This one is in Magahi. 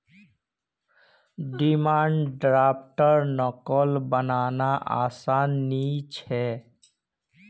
डिमांड द्रफ्टर नक़ल बनाना आसान नि छे